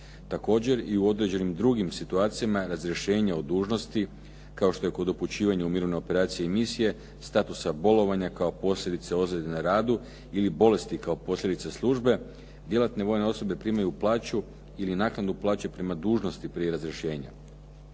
Također i u određenim drugim situacijama razrješenje od dužnosti, kao što je kod upućivanja u mirovne operacije i misije, statusa bolovanja kao posljedica ozljede na radu ili bolesti kao posljedica službe, djelatne vojne osobe primaju plaću ili naknadu plaće prema dužnosti prije razrješenja.